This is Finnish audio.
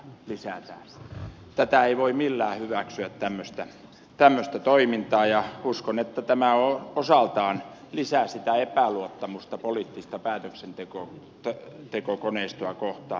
tämmöistä toimintaa ei voi millään hyväksyä ja uskon että tämä osaltaan lisää sitä epäluottamusta poliittista päätöksentekokoneistoa kohtaan